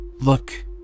Look